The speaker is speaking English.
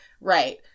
right